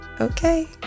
okay